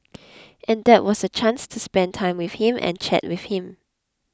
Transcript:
and that was a chance to spend time with him and chat with him